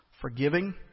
Forgiving